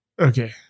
Okay